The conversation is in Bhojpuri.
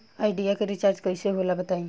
आइडिया के रिचार्ज कइसे होला बताई?